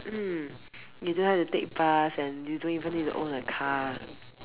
mm you don't have to take bus and you don't even need to own a car